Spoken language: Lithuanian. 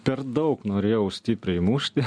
per daug norėjau stipriai mušti